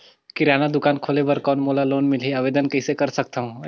किराना दुकान खोले बर कौन मोला लोन मिलही? आवेदन कइसे कर सकथव?